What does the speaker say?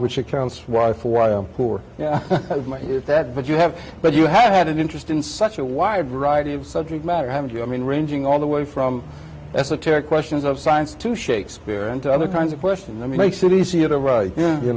which accounts for why for poor it that but you have but you have had an interest in such a wide variety of subject matter have you i mean ranging all the way from esoteric questions of science to shakespeare and to other kinds of question that makes it easier to write you